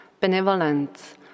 benevolence